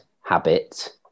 habit